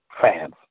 fans